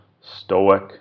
stoic